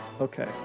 Okay